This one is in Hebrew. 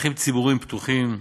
שטחים ציבוריים פתוחים,